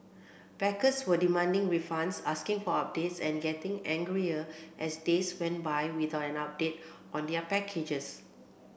backers were demanding refunds asking for updates and getting angrier as days went by without an update on their packages